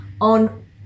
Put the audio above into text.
on